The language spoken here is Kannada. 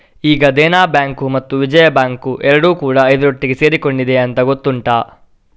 ಈಗ ದೇನಾ ಬ್ಯಾಂಕು ಮತ್ತು ವಿಜಯಾ ಬ್ಯಾಂಕು ಎರಡೂ ಕೂಡಾ ಇದರೊಟ್ಟಿಗೆ ಸೇರಿಕೊಂಡಿದೆ ಅಂತ ಗೊತ್ತುಂಟಾ